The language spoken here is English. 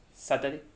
saturday